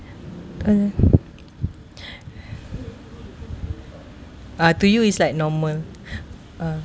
uh ah to you is like normal uh